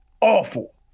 awful